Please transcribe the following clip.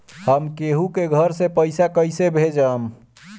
हम केहु के घर से पैसा कैइसे भेजम?